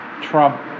Trump